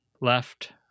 left